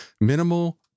minimal